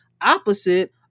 opposite